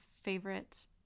favorite